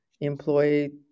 employee